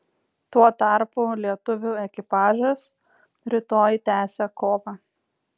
tuo tarpu lietuvių ekipažas rytoj tęsia kovą